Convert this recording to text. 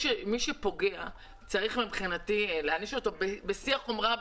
שפוגע צריך מבחינתי להעניש אותו בשיא החומרה,